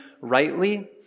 rightly